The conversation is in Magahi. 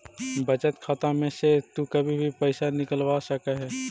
बचत खाता में से तु कभी भी पइसा निकलवा सकऽ हे